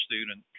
student